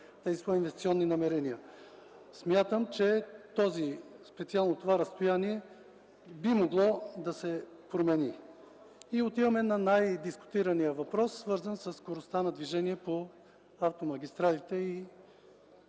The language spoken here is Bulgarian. реализират инвестиционните си намерения. Смятам, че специално това разстояние би могло да се промени. Отиваме на най-дискутирания въпрос, свързан със скоростта на движение по автомагистралите и